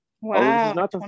Wow